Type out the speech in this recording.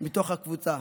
מתוך הקבוצה: